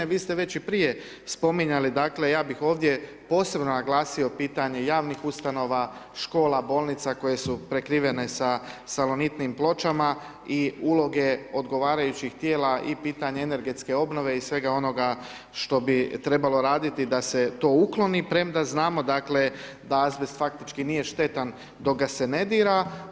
Vi ste već i prije spominjali, dakle, ja bih ovdje posebno naglasio pitanje javnih ustanova, škola, bolnica koje su prekrivene sa salonitnim pločama i uloge odgovarajućih tijela i pitanje energetske obnove i svega onoga što bi trebalo raditi da se to ukloni premda znamo, dakle, da azbest faktički nije štetan dok ga se ne dira.